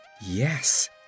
Yes